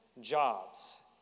jobs